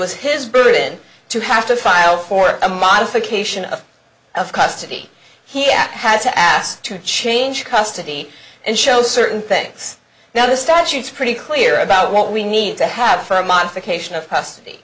was his spirit to have to file for a modification of of custody he act had to ask to change custody and show certain things now the statutes pretty clear about what we need to have a modification of custody